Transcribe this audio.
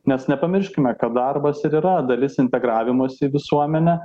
nes nepamirškime kad darbas ir yra dalis integravimosi į visuomenę